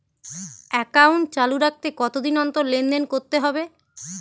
Account চালু রাখতে কতদিন অন্তর লেনদেন করতে হবে?